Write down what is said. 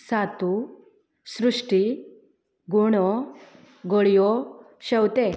सातू सृश्टी गूणो गळयो शेवतें